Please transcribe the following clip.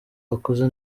bakoze